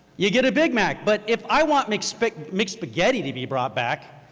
you get a big mac. but if i want mc spaghetti mc spaghetti to be brought back,